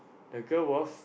the girl was